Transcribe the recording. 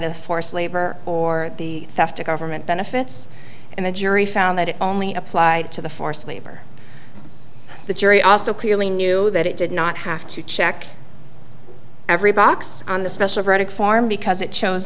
the forced labor or the theft of government benefits and the jury found that it only applied to the forced labor the jury also clearly knew that it did not have to check every box on the special verdict form because it chose